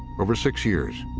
over six years,